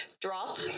drop